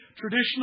traditional